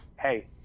Hey